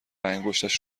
انگشتش